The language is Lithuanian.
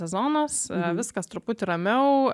sezonas viskas truputį ramiau